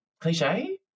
cliche